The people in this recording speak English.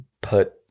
put